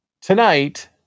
Tonight